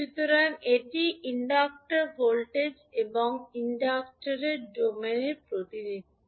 সুতরাং এটি inductor voltage এবং বর্তমানের ডোমেন প্রতিনিধিত্ব